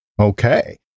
okay